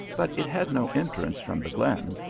but it had no entrance from the glen,